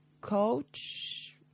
coach